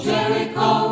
Jericho